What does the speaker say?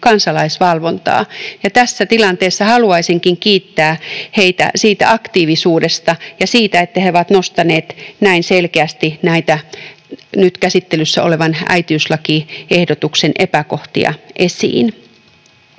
kansalaisvalvontaa. Tässä tilanteessa haluaisinkin kiittää heitä aktiivisuudesta ja siitä, että he ovat nostaneet näin selkeästi näitä nyt käsittelyssä olevan äitiyslakiehdotuksen epäkohtia esiin.